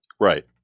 Right